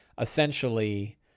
essentially